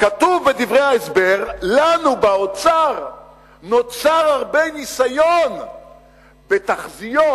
כתוב בדברי ההסבר: לנו באוצר נוצר הרבה ניסיון בתחזיות,